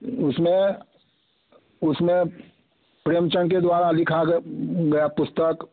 उसमें उसमें प्रेमचंद के द्वारा लिखा गया गया पुस्तक